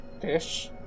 Fish